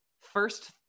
First